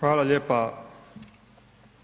Hvala lijepa